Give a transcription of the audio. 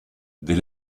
des